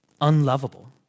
Unlovable